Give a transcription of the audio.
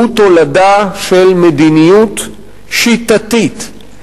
הוא תולדה של מדיניות שיטתית,